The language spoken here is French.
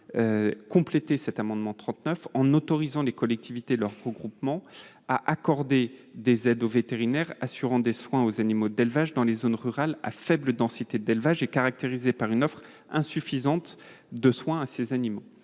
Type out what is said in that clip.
en compléter le dispositif en autorisant les collectivités et leurs groupements à accorder des aides aux vétérinaires assurant des soins aux animaux d'élevage dans les zones rurales à faible densité d'élevage et caractérisées par une offre insuffisante de soins à ces animaux.